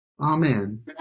Amen